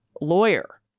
lawyer